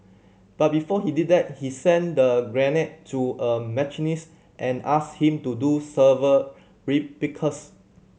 but before he did that he sent the grenade to a machinist and asked him to do several replicas